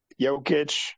Jokic